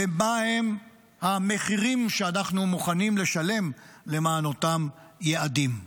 ומהם המחירים שאנחנו מוכנים לשלם למען אותם יעדים,